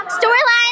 storyline